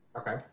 Okay